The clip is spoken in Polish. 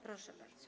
Proszę bardzo.